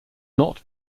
not